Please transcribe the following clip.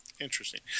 Interesting